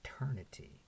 eternity